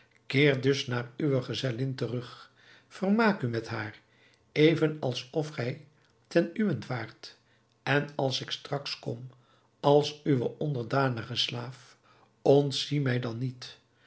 keer dus naar uwe gezellin terug vermaak u met haar even alsof gij ten uwent waart en als ik straks kom als uw onderdanige slaaf ontzie mij dan niet